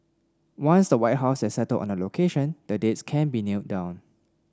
once the White House has settled on a location the dates can be nailed down